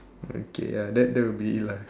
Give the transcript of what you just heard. okay ya that that will be it lah